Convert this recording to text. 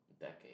decade